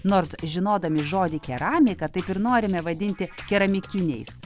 nors žinodami žodį keramiką taip ir norime vadinti keramikiniais